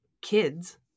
kids